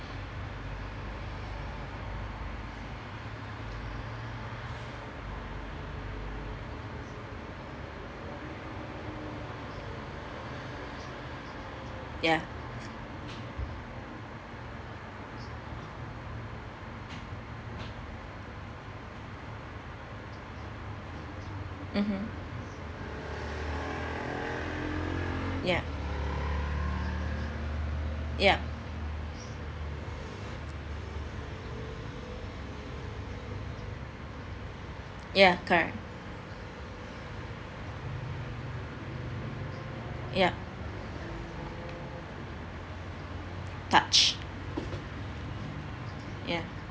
ya mmhmm ya yup ya correct yup touch ya